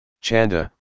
Chanda